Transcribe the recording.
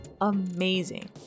amazing